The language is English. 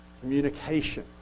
Communication